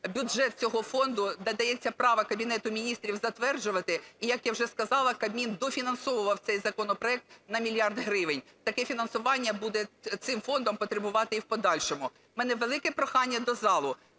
бюджет цього фонду надає це право Кабінету Міністрів затверджувати, і як я вже сказала, Кабмін дофінансовував цей законопроект на мільярд гривень. Таке фінансування буде цим фондом потребувати і в подальшому. У мене велике прохання до залу